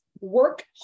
work